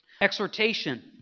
Exhortation